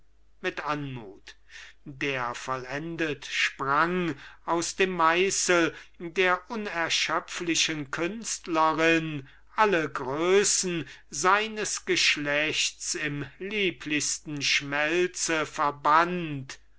mit anmut der vollendet sprang aus dem meißel der unerschöpflichen künstlerin alle größen seines geschlechts im lieblichsten schmelze verband